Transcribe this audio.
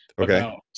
Okay